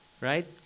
right